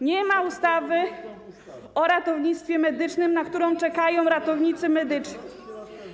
Nie ma ustawy o ratownictwie medycznym, na którą czekają ratownicy medyczni.